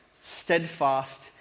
steadfast